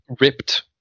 ripped